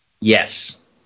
Yes